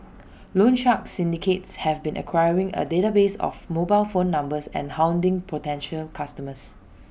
loan shark syndicates have been acquiring A database of mobile phone numbers and hounding potential customers